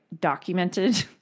documented